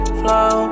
flow